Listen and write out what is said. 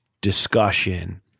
discussion